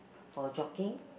for jogging